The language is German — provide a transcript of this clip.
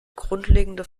grundlegende